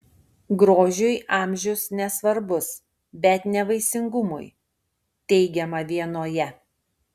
grožiui amžius nesvarbus bet ne vaisingumui teigiama vienoje